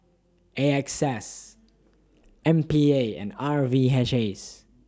A X S M P A and R V H S